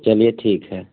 चलिए ठीक है